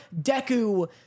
Deku